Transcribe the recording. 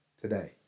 today